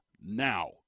now